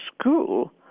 school